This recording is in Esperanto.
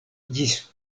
ĝis